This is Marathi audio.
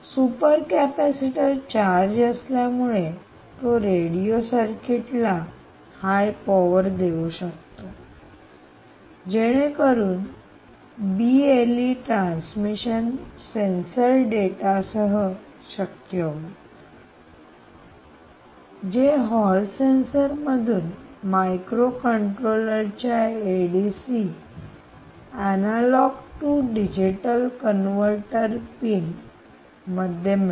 सुपर कॅपॅसिटर चार्ज असल्यामुळे तो रेडिओ सर्किट ला हाय पॉवर high power उच्च शक्ती देऊ शकतो जेणेकरून बीएलई ट्रान्समिशन transmission प्रसारण सेन्सर डेटा सह शक्य होईल जे हॉल सेन्सर मधून मायक्रोकंट्रोलर च्या ADC analog to digital converter pin मध्ये मिळते